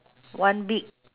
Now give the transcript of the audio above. one beak